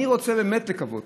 אני רוצה באמת לקוות